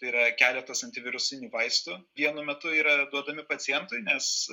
tai yra keletas antivirusinių vaistų vienu metu yra duodami pacientui nes